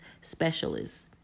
specialists